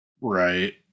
Right